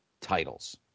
titles